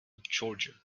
georgia